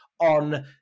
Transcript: on